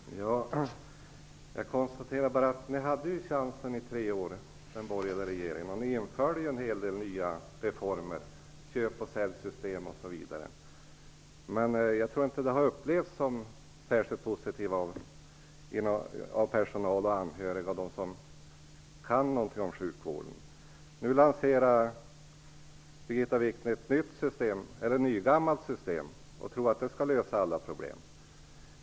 Herr talman! Jag konstaterar bara att ni hade chansen i tre år då vi hade en borgerlig regering. Ni införde ju också en hel del nya reformer, köp-sälj-system osv. Men jag tror inte att det har upplevts som särskilt positivt av personal och anhöriga och av dem som kan någonting om sjukvården. Nu lanserar Birgitta Wichne ett nygammalt system och tror att det skall lösa alla problem.